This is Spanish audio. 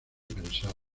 pensar